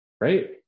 right